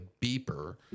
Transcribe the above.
beeper